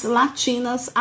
latinas